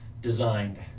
designed